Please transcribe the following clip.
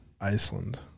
Iceland